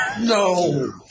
no